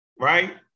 right